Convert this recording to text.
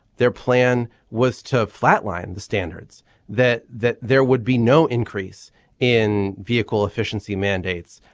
their plan was to flatline the standards that that there would be no increase in vehicle efficiency mandates.